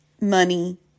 Money